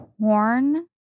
corn